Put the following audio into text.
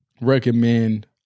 recommend